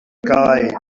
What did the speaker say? guide